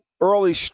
early